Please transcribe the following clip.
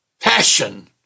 passion